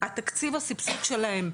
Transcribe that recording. התקציב הסבסוד שלהם,